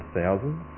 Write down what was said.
thousands